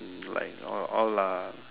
like all all lah